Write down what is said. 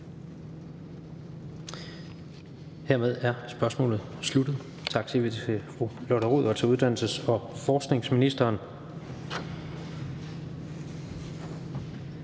Hermed er spørgsmålet sluttet. Tak siger vi til fru Lotte Rod og til uddannelses- og forskningsministeren.